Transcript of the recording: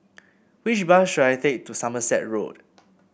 which bus should I take to Somerset Road